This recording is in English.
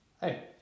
hey